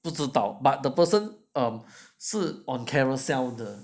不知道 but the person um 是 on Carousell 的